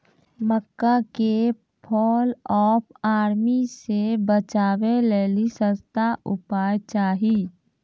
मक्का के fall of army से बचाबै लेली सस्ता उपाय चाहिए?